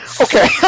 Okay